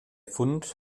fund